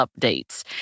updates